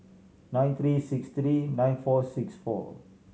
nine three six three nine four six four